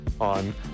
on